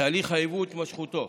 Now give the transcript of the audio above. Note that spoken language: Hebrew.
היבוא ולהתמשכותו.